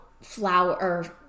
flower